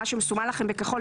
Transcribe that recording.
מה שמסומן לכם בכחול,